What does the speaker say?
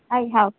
I ହେଉ